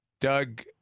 Doug